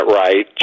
right